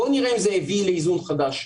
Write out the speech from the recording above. בואו נראה אם זה הביא לאיזון חדש.